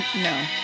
no